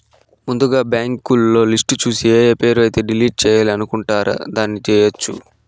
ముందుగా బ్యాంకులో లిస్టు చూసి ఏఏ పేరు అయితే డిలీట్ చేయాలి అనుకుంటారు దాన్ని చేయొచ్చు